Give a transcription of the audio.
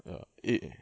ah eh eh